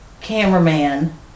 cameraman